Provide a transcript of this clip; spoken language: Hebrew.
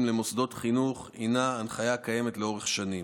למוסדות חינוך היא הנחיה קיימת לאורך שנים.